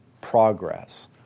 progress